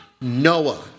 Noah